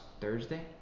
Thursday